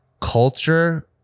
culture